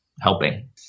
helping